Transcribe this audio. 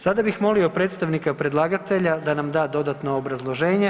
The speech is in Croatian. Sada bih molio predstavnika predlagatelja da nam da dodatno obrazloženje.